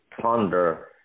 ponder